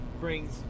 brings